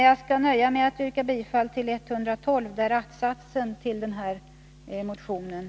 Jag skall nöja mig med att yrka bifall till vår motion nr 112, där att-satsen till denna motion återfinns.